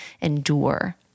endure